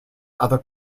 other